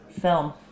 film